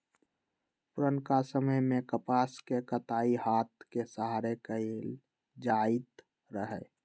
पुरनका समय में कपास के कताई हात के सहारे कएल जाइत रहै